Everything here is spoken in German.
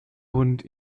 und